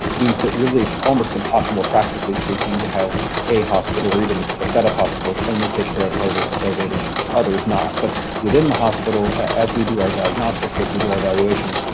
means that really it's almost impossible, practically speaking, to have a hospital, or even a set of hospitals, only take care of of it covid and others not. but within the hospital, as we do our diagnostics, as we do our evaluation,